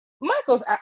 michael's